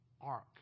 ark